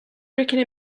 breaking